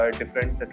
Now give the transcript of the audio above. different